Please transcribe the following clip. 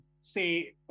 say